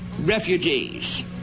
refugees